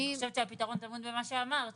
הפתרון טעון במה שאמרת,